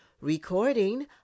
Recording